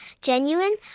genuine